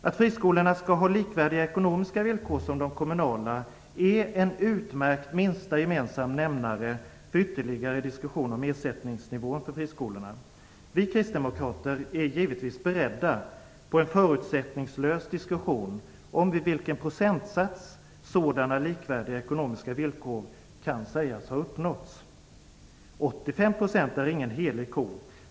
Att friskolorna skall ha likvärdiga ekonomiska villkor som de kommunala är en utmärkt minsta gemensamma nämnare vid ytterligare diskussioner om ersättningsnivån för friskolorna. Vi kristdemokrater är givetvis beredda på en förutsättningslös diskussion om vid vilken procentsats sådana likvärdiga ekonomiska villkor kan sägas ha uppnåtts. 85 % är ingen helig ko.